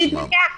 נקודה, זה הכול.